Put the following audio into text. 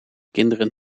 kinderen